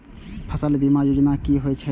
फसल बीमा योजना कि होए छै?